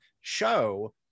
show